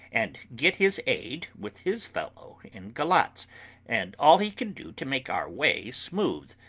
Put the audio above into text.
and get his aid with his fellow in galatz and all he can do to make our way smooth,